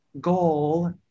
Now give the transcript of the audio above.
goal